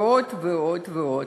ועוד ועוד ועוד,